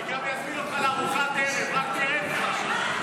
אני גם אזמין אותך לארוחת ערב, רק תרד כבר.